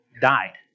died